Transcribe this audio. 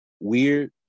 weird